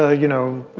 ah you know,